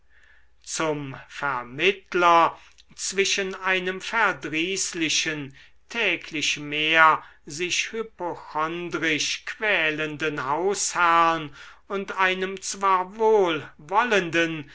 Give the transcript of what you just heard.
zum vermittler zwischen einem verdrießlichen täglich mehr sich hypochondrisch quälenden hausherrn und einem zwar wohlwollenden